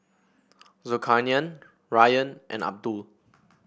Zulkarnain Ryan and Abdul